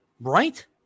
Right